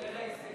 כולל ההסתייגות.